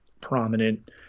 prominent